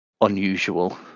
unusual